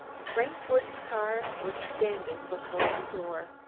frank woods' car was standing before the door.